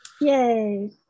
yay